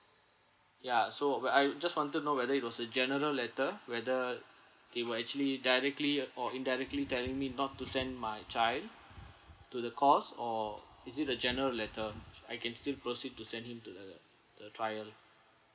ya so whe~ I just wanted know whether it was a general letter whether they were actually directly or indirectly telling me not to send my child to the course or is it a general letter which I can still proceed to send him to the the trial